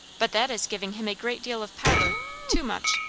but that is giving him a great deal of power too much.